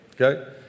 okay